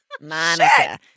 Monica